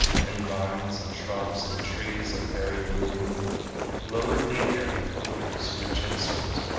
and vines and shrubs and trees of varied bloom loaded the air with odors rich and sweet,